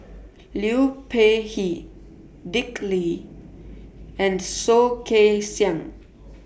Liu Peihe Dick Lee and Soh Kay Siang